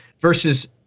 versus